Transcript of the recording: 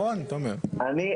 אני,